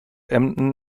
emden